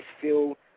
feel